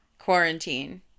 quarantine